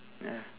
ya